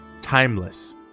timeless